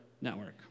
network